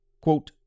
quote